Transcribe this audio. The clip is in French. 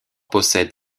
possède